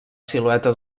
silueta